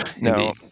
no